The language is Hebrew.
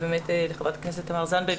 ולחברת הכנסת תמר זנדברג,